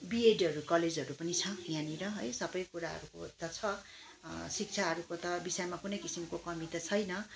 बिएडहरू कलेजहरू पनि छ यहाँनिर है सबै कुराहरूको त छ शिक्षाहरूको त विषयमा कुनै किसिमको कमी त छैन